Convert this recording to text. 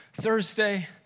Thursday